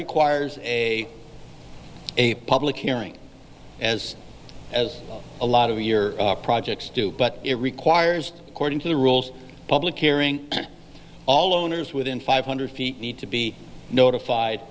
requires a a public hearing as as a lot of your projects do but it requires according to the rules public hearing all owners within five hundred feet need to be notified